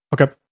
okay